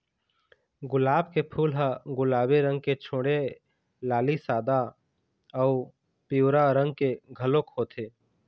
गुलाब के फूल ह गुलाबी रंग के छोड़े लाली, सादा अउ पिंवरा रंग के घलोक होथे